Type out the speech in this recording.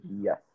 Yes